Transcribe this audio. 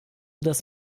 das